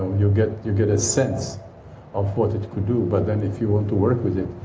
you get you get a sense of what it could do. but then if you want to work with it,